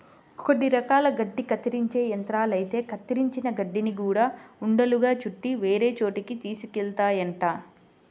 కొన్ని రకాల గడ్డి కత్తిరించే యంత్రాలైతే కత్తిరించిన గడ్డిని గూడా ఉండలుగా చుట్టి వేరే చోటకి తీసుకెళ్తాయంట